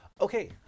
Okay